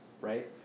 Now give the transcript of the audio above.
right